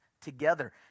together